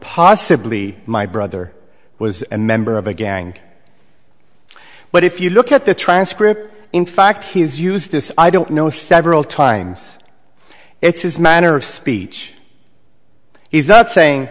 possibly my brother was a member of a gang but if you look at the transcript in fact he's used this i don't know several times it's his manner of speech he's not saying